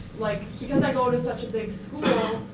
like, because i go to such a big school,